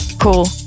Cool